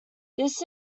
this